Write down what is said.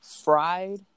fried